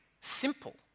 simple